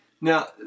Now